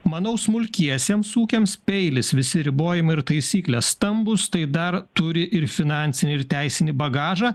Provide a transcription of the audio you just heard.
manau smulkiesiems ūkiams peilis visi ribojimai ir taisyklės stambūs tai dar turi ir finansinį ir teisinį bagažą